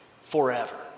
forever